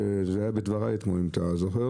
וזה היה בדבריי אתמול, אם אתה זוכר